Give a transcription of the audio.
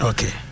Okay